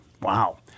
Wow